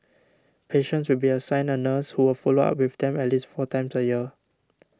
patients will be assigned a nurse who will follow up with them at least four times a year